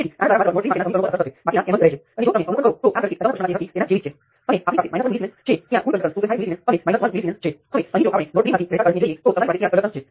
હું જે વાત કરી રહ્યો છું તે એ છે કે I2 એ R23 માંથી વહે છે ત્યાં બીજી દિશામાં એક વધારાનો મેશ કરંટ R23 માંથી વહે છે